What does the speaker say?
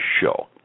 show